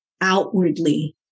outwardly